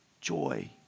joy